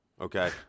Okay